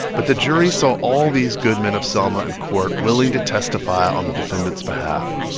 but the jury saw all these good men of selma in court willing to testify on the defendants' behalf.